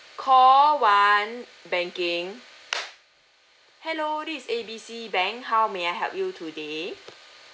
call one banking hello this is A B C bank how may I help you today